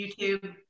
YouTube